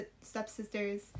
stepsisters